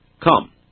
come